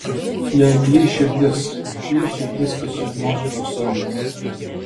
jai plyš širdis plyš širdis kai sužinos kad aš suimtas